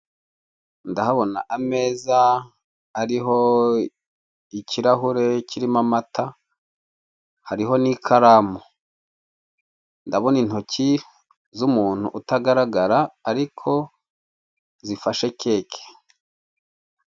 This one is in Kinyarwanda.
Ndahabona ameza ariho ikirahuri kirimo amata, hariho n'ikaramu. Ndabona intoki z'umuntu utagaragara ariko zifashe keke.